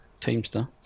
teamster